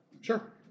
Sure